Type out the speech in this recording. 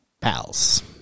pals